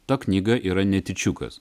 ta knyga yra netyčiukas